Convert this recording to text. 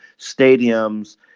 stadiums